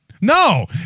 No